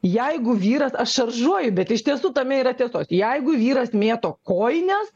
jeigu vyras aš šaržuoju bet iš tiesų tame yra tiesos jeigu vyras mėto kojines